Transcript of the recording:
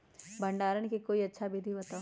भंडारण के कोई अच्छा विधि बताउ?